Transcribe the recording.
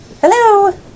Hello